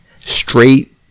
straight